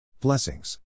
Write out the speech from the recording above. Blessings